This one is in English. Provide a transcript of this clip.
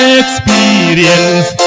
experience